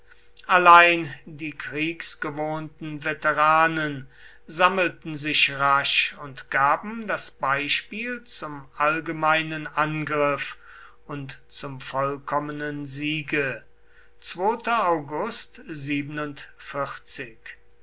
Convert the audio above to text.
allein die kriegsgewohnten veteranen sammelten sich rasch und gaben das beispiel zum allgemeinen angriff und zum vollkommenen siege